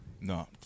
No